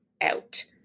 out